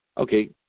Okay